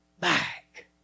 back